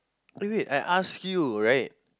oh wait I ask you right